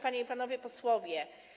Panie i Panowie Posłowie!